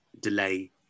delay